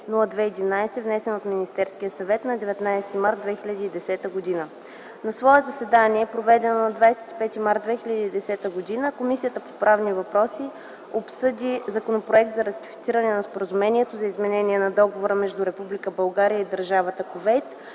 внесен от Министерския съвет на 19 март 2010 г. На свое заседание, проведено на 25 март 2010 г., Комисията по правни въпроси обсъди Законопроект за ратифициране на Споразумението за изменение на Договора между Република